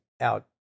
out